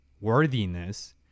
worthiness